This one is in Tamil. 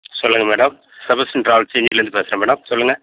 சொல்லுங்கள் மேடம் செபஸ்டின் ட்ராவல் செஞ்சிலேருந்து பேசுகிறேன் மேடம் சொல்லுங்கள்